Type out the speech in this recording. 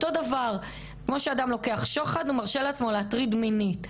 אותו דבר: כמו שאדם לוקח שוחד הוא מרשה לעצמו להטריד מינית.